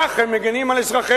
כך הם מגינים על אזרחיהם.